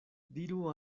diru